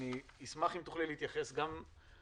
אני אשמח אם תוכלי להתייחס גם לבקשה